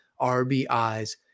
RBIs